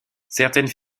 certaines